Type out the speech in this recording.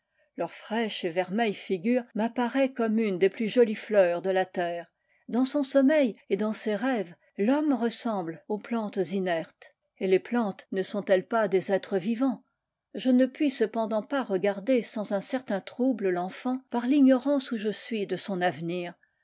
leur fraîche et vermeille figure m'apparaît comme une des plus jo lies fleurs de la terre dans son sommeil et dans ses rêves l'homme ressemble aux plantes inertes et jec les plantes ne sont-elles pas des êtres vivants je ne puis cependant pas regarder sans un certain trouble l'enfant par l'ignorance où je suis de son avenir